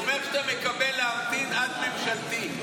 הוא אומר שאתה מקבל את הבקשה להמתין עד להצעה ממשלתית.